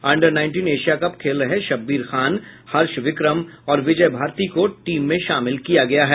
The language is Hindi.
अंडर नाईंटीन एशिया कप खेल रहे शब्बीर खान हर्ष विक्रम और विजय भारती को टीम में शामिल किया गया है